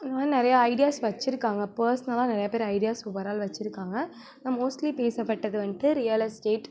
இந்த மாதிரி நிறைய ஐடியாஸ் வச்சுருக்காங்க பர்ஸ்னலாக நிறைய பேர் ஐடியாஸ் ஓவர் ஆல் வச்சுருக்காங்க ஆனால் மோஸ்ட்லி பேசப்பட்டது வந்துட்டு ரியல் எஸ்டேட்